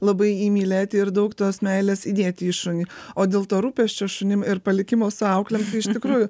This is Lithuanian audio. labai jį mylėti ir daug tos meilės įdėti į šunį o dėl to rūpesčio šunim ir palikimo su aukle iš tikrųjų